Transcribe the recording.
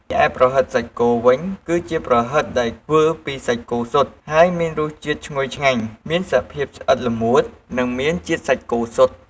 ឯប្រហិតសាច់គោវិញ គឺជាប្រហិតដែលធ្វើពីសាច់គោសុទ្ធ ហើយមានរសជាតិឈ្ងុយឆ្ងាញ់ មានសភាពស្អិតល្មួត និងមានជាតិសាច់គោសុទ្ធ។